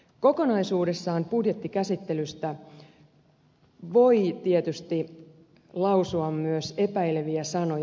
kokonaisuudessaan budjettikäsittelystä voi tietysti lausua myös epäileviä sanoja